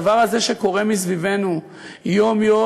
הדבר הזה שקורה מסביבנו יום-יום,